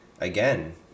again